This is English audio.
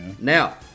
Now